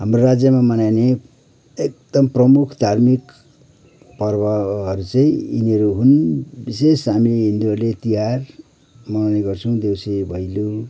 हाम्रो राज्यमा मनाइने एकदम प्रमुख धार्मिक पर्वहरू चाहिँ यिनीहरू हुन विशेष हामी हिन्दूहरूले तिहार मनाउने गर्छौँ देउसी भैलो